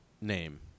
name